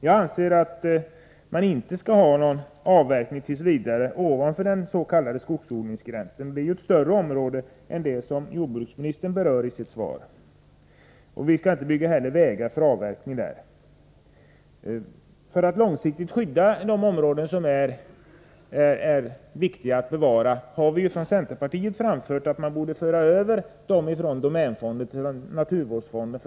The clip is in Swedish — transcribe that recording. Jag anser att man t. v. inte skall ha någon avverkning ovanför den s.k. skogsodlingsgränsen — det är ju ett större område än det som jordbruksministern berör i sitt svar. Vi skall inte heller bygga vägar för avverkning där. För att långsiktigt skydda de områden som är viktiga att bevara har vi från centern framfört att man borde föra över dem från domänfonden till naturvårdsfonden.